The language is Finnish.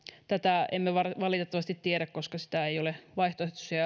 tätä emme valitettavasti tiedä koska vaihtoehtoisia